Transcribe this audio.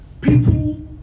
people